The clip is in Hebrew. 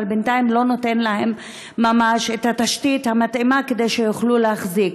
אבל בינתיים לא נותן להן את התשתית המתאימה כדי שיוכלו להחזיק,